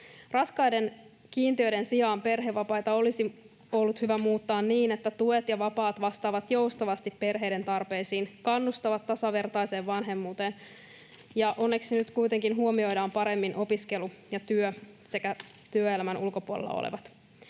Raskaiden kiintiöiden sijaan perhevapaita olisi ollut hyvä muuttaa niin, että tuet ja vapaat vastaavat joustavasti perheiden tarpeisiin ja kannustavat tasavertaiseen vanhemmuuteen. Onneksi nyt kuitenkin huomioidaan paremmin opiskelu ja työ sekä työelämän ulkopuolella olevat.